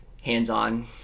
hands-on